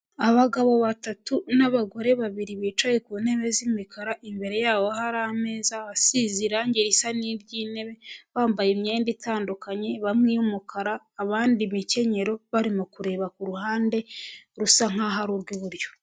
Abagabo batatu n'abagore babiri bicaye ku ntebe z'imikara , imbere yabo hari ameza asize irangi isa n'iby'intebe, bambaye imyenda itandukanye bamwe iy'umukara abandi imikenyero barimo kureba kuhande rusa nkaho ari urw'iburyo